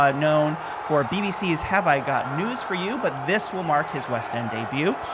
ah known for bbc's have i got news for you, but this will mark his west end debut.